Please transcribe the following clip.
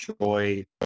joy